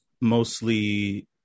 mostly